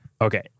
Okay